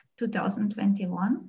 2021